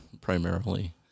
primarily